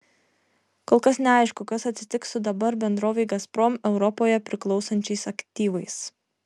kol kas neaišku kas atsitiks su dabar bendrovei gazprom europoje priklausančiais aktyvais